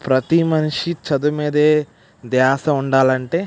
ప్రతి మనిషికి చదువు మీదనే ధ్యాస ఉండాలంటే